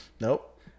Nope